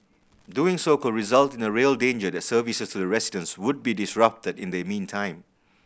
doing so could result in a real danger that services to the residents would be disrupted in the meantime